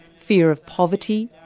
fear of poverty,